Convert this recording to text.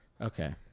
okay